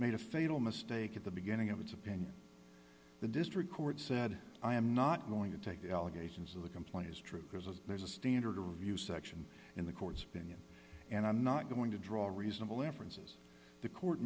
made a fatal mistake at the beginning of its opinion the district court said i am not going to take the allegations of the complaint is true because of there's a standard of review section in the court's opinion and i'm not going to draw a reasonable inference is the court